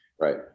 right